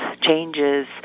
changes